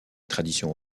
traditions